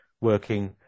working